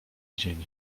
dzień